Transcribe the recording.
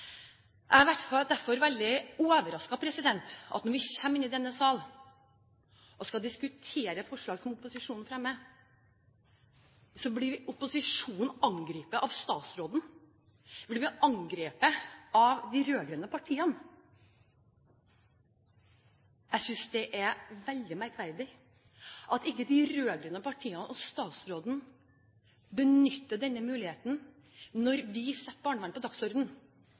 Jeg er derfor veldig overrasket over at når vi kommer inn i denne salen og skal diskutere forslag som opposisjonen fremmer, så blir opposisjonen angrepet av statsråden, vi blir angrepet av de rød-grønne partiene. Jeg synes det er veldig merkverdig,